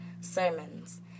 sermons